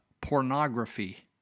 pornography